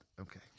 Okay